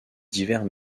divers